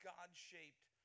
God-shaped